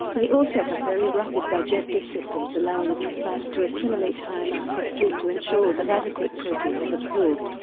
they also have very rapid digestive systems allowing these bats to assimilate high amounts of fruit to ensure that adequate protein is absorbed.